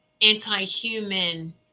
anti-human